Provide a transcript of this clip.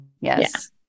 Yes